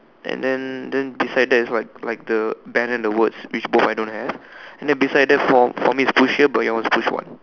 and then then beside that is what like the banner and the words which both I don't have and then beside that for for me is push here but your one is push one